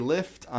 Lift